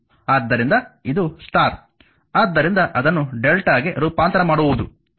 ಆದ್ದರಿಂದ ಇದು ಸ್ಟಾರ್ ಆದ್ದರಿಂದ ಅದನ್ನು lrmΔ ಗೆ ರೂಪಾಂತರ ಮಾಡುವುದು